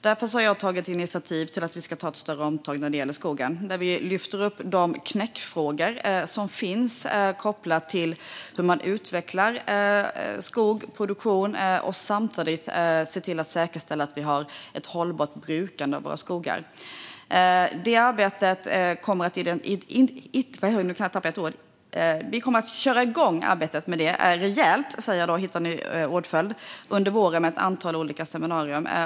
Därför har jag tagit initiativ till att vi ska göra ett större omtag när det gäller skogen. Vi ska lyfta upp knäckfrågor kopplade till utveckling av skog och produktion och samtidigt säkerställa ett hållbart brukande av våra skogar. Arbetet kommer att köras igång under våren med ett antal olika seminarier.